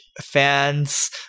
fans